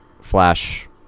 flash